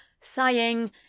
Sighing